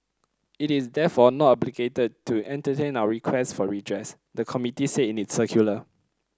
it is therefore not obligated to entertain our requests for redress the committee said in its circular